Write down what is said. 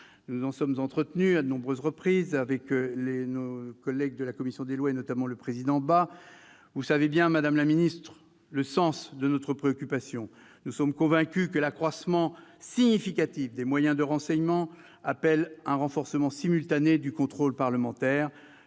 nous en sommes entretenus à de nombreuses reprises avec nos collègues de la commission des lois, notamment avec le président Philippe Bas. Vous connaissez, madame la ministre, le sens de notre préoccupation. Nous sommes convaincus que l'accroissement significatif des moyens du renseignement appelle un renforcement simultané du contrôle parlementaire.